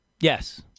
Yes